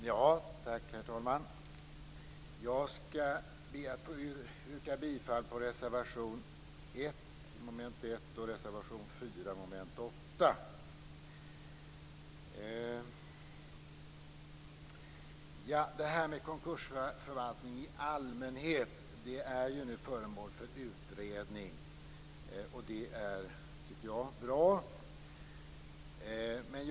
Herr talman! Jag skall be att få yrka bifall till reservation 1 under mom. 1 och reservation 4 under mom. 8. Det här med konkursförvaltning i allmänhet är nu föremål för en utredning, vilket jag tycker är bra.